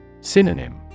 Synonym